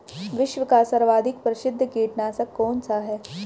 विश्व का सर्वाधिक प्रसिद्ध कीटनाशक कौन सा है?